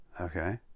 Okay